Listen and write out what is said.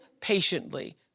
patiently